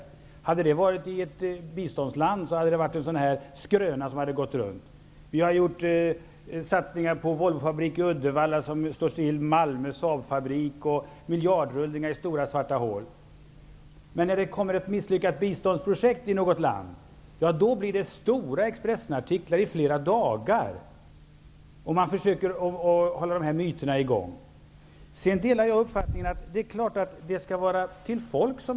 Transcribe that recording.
Om detta hade skett i ett biståndsland hade det blivit en skröna som hade gått runt. Det har gjorts satsningar på Saabfabriken i Malmö. Det har skett miljardrullningar i stora svarta hål. Men när ett misslyckat biståndsprojekt i något land blir känt, då blir det stora Expressenartiklar i flera dagar, och man försöker hålla myterna i gång. Jag delar uppfattningen att dessa pengar skall gå till folk.